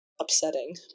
upsetting